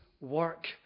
work